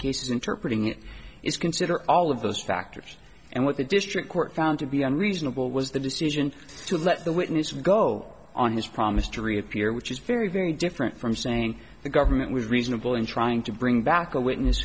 cases interprete ing it is consider all of those factors and what the district court found to be unreasonable was the decision to let the witness go on his promise to reappear which is very very different from saying the government was reasonable in trying to bring back a witness